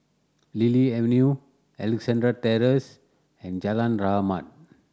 Lily Avenue Alexandra Terrace and Jalan Rahmat